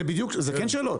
זה כן שאלות,